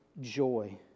joy